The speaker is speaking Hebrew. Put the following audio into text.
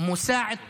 "מוסעד ט'ביב"